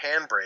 Handbrake